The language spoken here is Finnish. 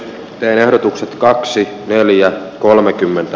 ehdotukset kaksi neljä kolmekymmentä